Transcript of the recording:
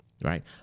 Right